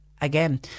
Again